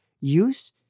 use